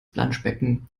planschbecken